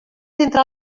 entre